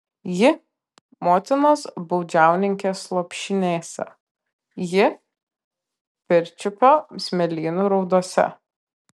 ji motinos baudžiauninkės lopšinėse ji pirčiupio smėlynų raudose